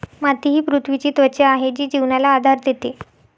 माती ही पृथ्वीची त्वचा आहे जी जीवनाला आधार देते